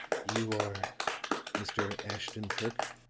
you are mr. ashton-kirk?